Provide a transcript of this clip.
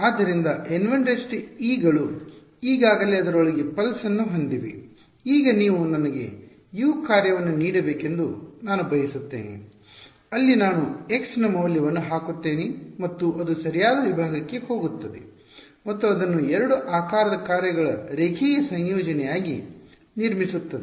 ಆದ್ದರಿಂದ N1e ಗಳು ಈಗಾಗಲೇ ಅದರೊಳಗೆ ಪಲ್ಸ್ ನ್ನು ಹೊಂದಿವೆ ಈಗ ನೀವು ನನಗೆ U ಕಾರ್ಯವನ್ನು ನೀಡಬೇಕೆಂದು ನಾನು ಬಯಸುತ್ತೇನೆ ಅಲ್ಲಿ ನಾನು x ನ ಮೌಲ್ಯವನ್ನು ಹಾಕುತ್ತೇನೆ ಮತ್ತು ಅದು ಸರಿಯಾದ ವಿಭಾಗಕ್ಕೆ ಹೋಗುತ್ತದೆ ಮತ್ತು ಅದನ್ನು 2 ಆಕಾರದ ಕಾರ್ಯಗಳ ರೇಖೀಯ ಸಂಯೋಜನೆಯಾಗಿ ನಿರ್ಮಿಸುತ್ತದೆ